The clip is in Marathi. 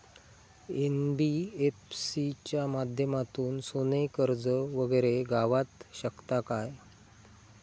एन.बी.एफ.सी च्या माध्यमातून सोने कर्ज वगैरे गावात शकता काय?